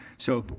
so,